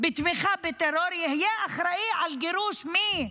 בתמיכה בטרור יהיה אחראי לגירוש, מי?